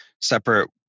separate